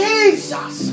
Jesus